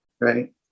right